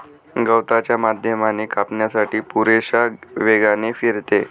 गवताच्या माध्यमाने कापण्यासाठी पुरेशा वेगाने फिरते